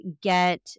get